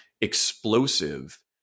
explosive